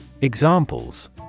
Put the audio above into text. Examples